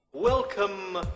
Welcome